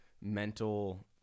mental